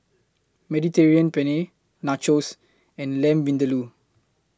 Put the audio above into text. Mediterranean Penne Nachos and Lamb Vindaloo